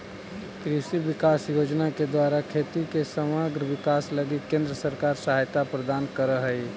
कृषि विकास योजना के द्वारा खेती के समग्र विकास लगी केंद्र सरकार सहायता प्रदान करऽ हई